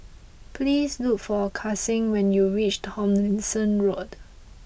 please look for Kasen when you reach Tomlinson Road